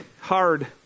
hard